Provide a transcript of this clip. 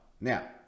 Now